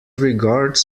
regards